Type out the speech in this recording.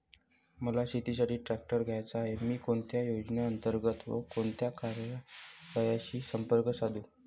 मला शेतीसाठी ट्रॅक्टर घ्यायचा आहे, मी कोणत्या योजने अंतर्गत व कोणत्या कार्यालयाशी संपर्क साधू?